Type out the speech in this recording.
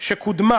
שקודמה